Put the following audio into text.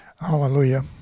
Hallelujah